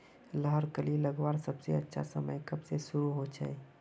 लहर कली लगवार सबसे अच्छा समय कब से शुरू होचए?